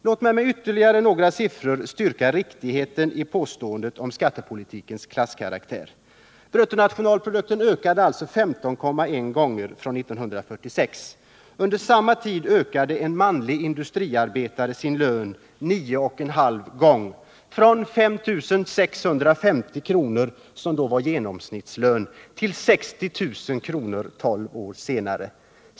Låt mig med ytterligare några siffror styrka riktigheten i påståendet om skattepolitikens klasskaraktär. Bruttonationalprodukten ökade alltså 15,1 gånger från 1946. Under samma tid ökade en manlig industriarbetares lön 9,5 gånger, från 5 650 kr., som 1946 var genomsnittslönen, till 60 000 kr. tolv år senare.